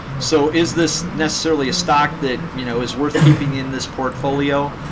so is this necessarily a stock that you know is worth keeping in this portfolio?